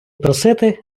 просити